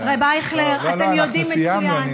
הרב אייכלר, אתם יודעים מצוין, אנחנו סיימנו.